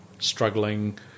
struggling